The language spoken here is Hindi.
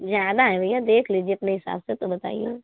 जाना है भैया देख लीजिए अपने हिसाब से तो बताइएगा